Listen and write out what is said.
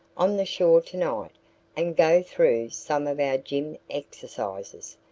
on the shore tonight and go through some of our gym exercises,